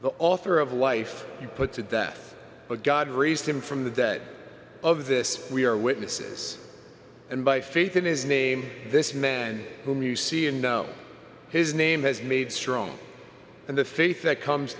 the author of life you put to death but god raised him from the dead of this we are witnesses and by faith in his name this man whom you see and know his name has made strong and the faith that comes